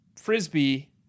frisbee